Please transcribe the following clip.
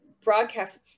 broadcast